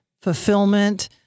fulfillment